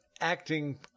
acting